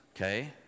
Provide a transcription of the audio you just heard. okay